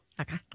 Okay